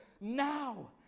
now